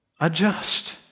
Adjust